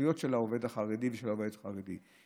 בזכויות של העובד החרדי ושל העובדת החרדית.